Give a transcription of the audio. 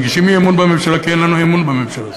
מגישים אי-אמון בממשלה כי אין לנו אמון בממשלה הזאת,